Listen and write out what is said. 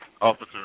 Officer